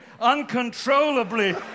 uncontrollably